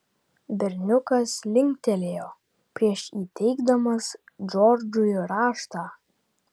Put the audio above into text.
berniukas linktelėjo prieš įteikdamas džordžui raštą